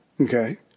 Okay